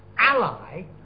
ally